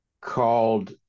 called